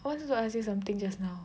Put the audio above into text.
I wanted to ask you something just now